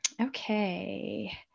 okay